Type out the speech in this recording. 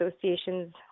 associations